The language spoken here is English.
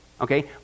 Okay